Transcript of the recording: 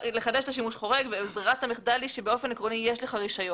לחדש את השימוש החורג וברירת המחדל היא שבאופן עקרוני יש לך רישיון.